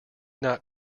not